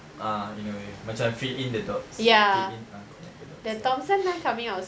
ah in a way macam fill in the dots fill in ah connect the dots ya